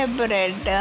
bread